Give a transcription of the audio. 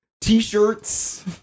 T-shirts